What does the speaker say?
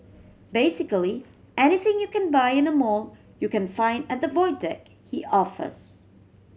basically anything you can buy in a mall you can find at the Void Deck he offers